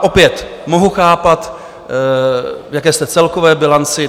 Opět mohu chápat, v jaké jste celkové bilanci.